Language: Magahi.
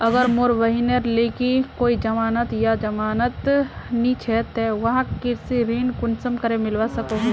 अगर मोर बहिनेर लिकी कोई जमानत या जमानत नि छे ते वाहक कृषि ऋण कुंसम करे मिलवा सको हो?